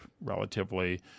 relatively